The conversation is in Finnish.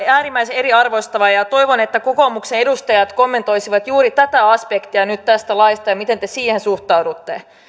äärimmäisen eriarvoistava ja ja toivon että kokoomuksen edustajat kommentoisivat nyt juuri tätä aspektia tästä laista ja miten te siihen suhtaudutte